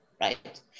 right